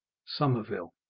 somerville.